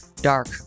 dark